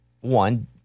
one